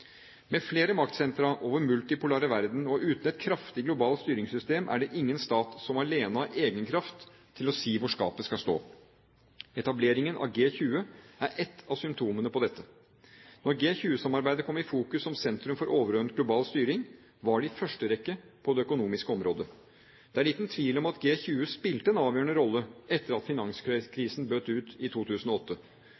Med flere maktsentre i vår multipolare verden og uten et kraftig globalt styringssystem er det ingen stat som alene har egenkraft til å si hvor skapet skal stå. Etableringen av G20 er ett av symptomene på dette. Når G20-samarbeidet kom i fokus som sentrum for overordnet global styring, var det i første rekke på det økonomiske området. Det er liten tvil om at G20 spilte en avgjørende rolle etter at